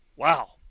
Wow